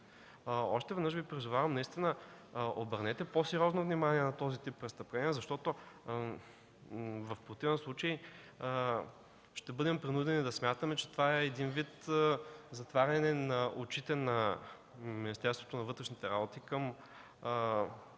Още веднъж Ви призовавам – обърнете по-сериозно внимание на този вид престъпление, защото в противен случай ще бъдем принудени да смятаме, че това е един вид затваряне очите на Министерство на вътрешните работи към